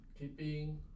Keeping